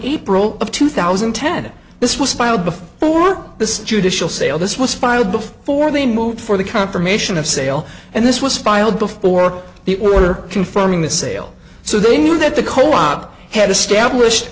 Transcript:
april of two thousand and ten this was filed before this judicial sale this was filed before they moved for the confirmation of sale and this was filed before the order confirming the sale so they knew that the co op had established